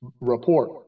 report